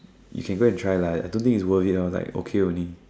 you can go and try lah I don't think it's very good okay only